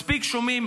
מספיק שומעים